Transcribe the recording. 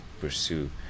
pursue